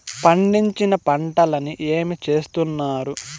పండించిన పంటలని ఏమి చేస్తున్నారు?